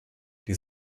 die